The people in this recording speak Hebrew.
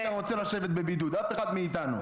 אף אחד מאתנו,